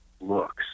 looks